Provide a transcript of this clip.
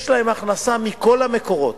יש להם הכנסה מכל המקורות,